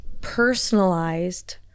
personalized